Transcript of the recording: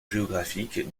géographique